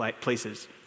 places